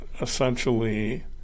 essentially